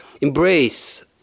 embrace